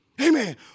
Amen